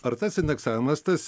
ar tas indeksavimas tas